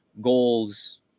goals